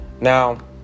Now